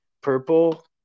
purple